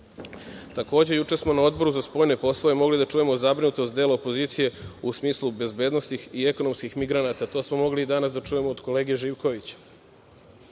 SAD.Takođe, juče smo na Odboru za spoljne poslove mogli da čujemo zabrinutost dela opozicije u smislu bezbednosnih i ekonomskih migranata. To smo mogli i danas da čujemo od kolege Živkovića. Nas